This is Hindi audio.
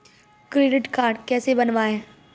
क्रेडिट कार्ड कैसे बनवाएँ?